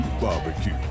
Barbecue